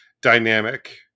dynamic